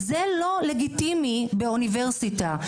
זה לא לגיטימי באוניברסיטה.